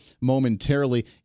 momentarily